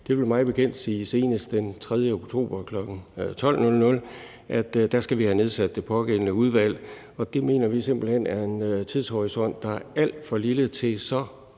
det vil mig bekendt sige senest den 3. oktober kl. 12.00, skal have nedsat det pågældende udvalg, og det mener vi simpelt hen er en tidshorisont, der er alt for lille til så